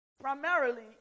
Primarily